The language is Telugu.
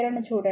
కాబట్టి 0